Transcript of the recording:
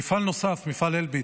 מפעל נוסף, מפעל אלביט,